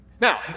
Now